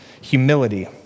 humility